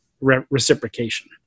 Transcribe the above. reciprocation